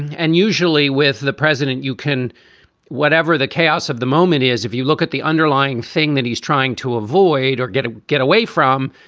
and usually with the president, you can whatever the chaos of the moment is, if you look at the underlying thing that he's trying to avoid or get to get away from,